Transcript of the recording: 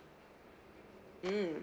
mm